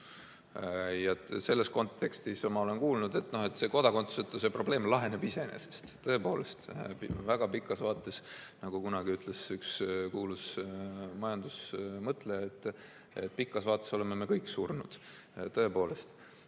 Selles kontekstis ma olen kuulnud, et kodakondsusetuse probleem laheneb iseenesest. Tõepoolest! Väga pikas vaates, nagu kunagi ütles üks kuulus majandusmõtleja, väga pikas vaates oleme me kõik millalgi surnud. Tõepoolest!